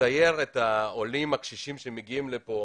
לצייר את העולים הקשישים שמגיעים לכאן